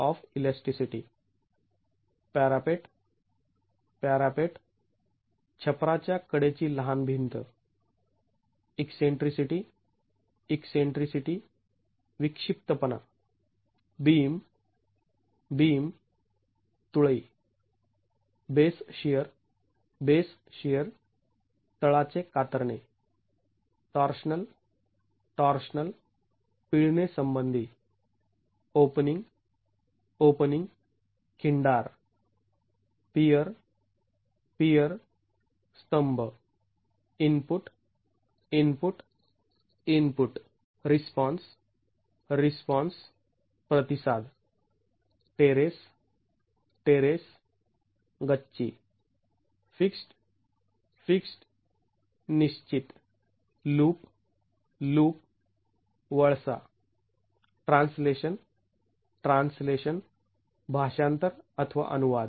धन्यवाद